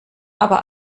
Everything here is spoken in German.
aber